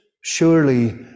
surely